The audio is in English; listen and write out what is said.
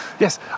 Yes